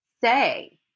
say